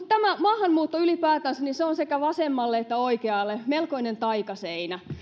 tämä maahanmuutto ylipäätänsä se on sekä vasemmalle että oikealle melkoinen taikaseinä